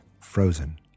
frozen